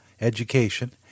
Education